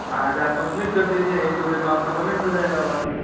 आज आप कंप्लीट कर दीजिए एक दो दिन में आपका पेमेंट हो जाएगा बाद में